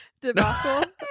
debacle